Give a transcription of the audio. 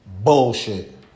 Bullshit